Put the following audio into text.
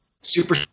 super